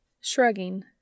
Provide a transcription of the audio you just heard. Shrugging